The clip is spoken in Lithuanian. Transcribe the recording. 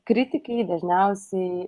kritikai dažniausiai